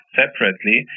separately